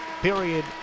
Period